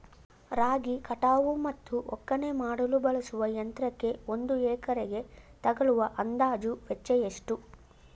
ರಾಗಿ ಕಟಾವು ಮತ್ತು ಒಕ್ಕಣೆ ಮಾಡಲು ಬಳಸುವ ಯಂತ್ರಕ್ಕೆ ಒಂದು ಎಕರೆಗೆ ತಗಲುವ ಅಂದಾಜು ವೆಚ್ಚ ಎಷ್ಟು?